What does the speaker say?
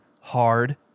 hard